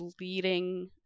leading